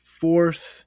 fourth